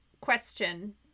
question